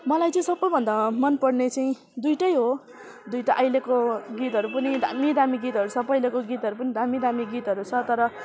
मलाई चाहिँ सबैभन्दा मन पर्ने चाहिँ दुइटै हो दुइटा अहिलेको गीतहरू पनि दामी दामी गीतहरू सब पहिलेको गीतहरू पनि दामी दामी गीतहरू छ तर